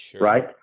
right